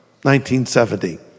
1970